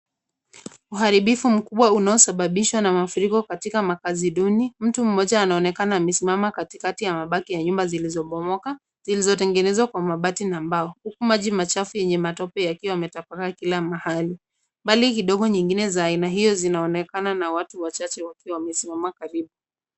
Uharibifu mkubwa unaosababishwa na mafuriko katika makazi duni, mtu mmija anonekana amesimama katikati ya mabati ya nyuma zilizobomoka, zilizotengenezwa kwa mabati na mbao, maji machafu yenye matope yakiwa yametapakaa kila mahali, mbali kidogo nyingine za aina hio zinaonekan na watu wachache wakiwa wamesimama karibu.